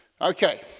Okay